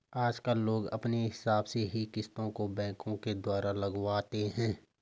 आजकल लोग अपने हिसाब से ही किस्तों को बैंकों के द्वारा लगवाते हैं